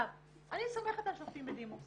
אני סומכת על שופטים בדימוס